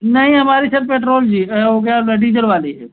नहीं हमारी sir petrol जी हो गया वो डीजल वाली है